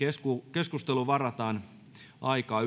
keskusteluun varataan aikaa